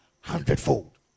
hundredfold